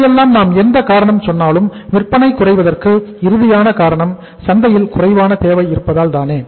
இவையெல்லாம் நாம் எந்த காரணம் சொன்னாலும் விற்பனை குறைவதற்கு இறுதியான காரணம் சந்தையில் குறைவான தேவை இருப்பதால் தானே